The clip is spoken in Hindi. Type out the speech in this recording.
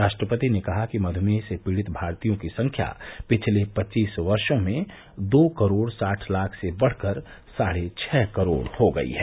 राष्ट्रपति ने कहा कि म्यूमेह से पीड़ित भारतीयों की संख्या पिछले पच्चीस वर्षो में दो करोड़ साठ लाख से बढ़कर साढ़े छह करोड़ हो गई है